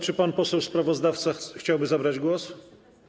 Czy pan poseł sprawozdawca chciałby zabrać głos?